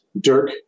Dirk